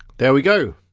there we go.